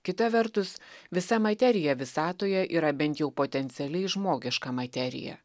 kita vertus visa materija visatoje yra bent jau potencialiai žmogiška materija